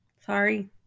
sorry